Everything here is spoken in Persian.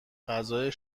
غذای